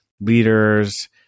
leaders